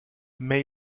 mais